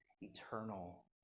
eternal